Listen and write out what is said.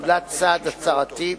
זולת סעד הצהרתי,